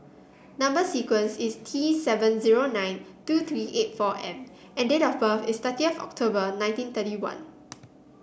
number sequence is T seven zero nine two three eight four M and date of birth is thirty of October nineteen thirty one